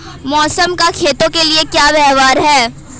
मौसम का खेतों के लिये क्या व्यवहार है?